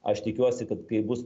aš tikiuosi kad kai bus